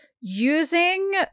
using